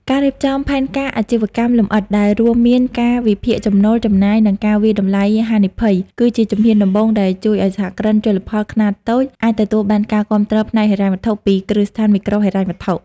ការរៀបចំផែនការអាជីវកម្មលម្អិតដែលរួមមានការវិភាគចំណូល-ចំណាយ និងការវាយតម្លៃហានិភ័យ គឺជាជំហានដំបូងដែលជួយឱ្យសហគ្រិនជលផលខ្នាតតូចអាចទទួលបានការគាំទ្រផ្នែកហិរញ្ញវត្ថុពីគ្រឹះស្ថានមីក្រូហិរញ្ញវត្ថុ។